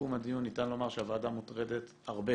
לסיכום הדיון ניתן לומר שהוועדה מוטרדת הרבה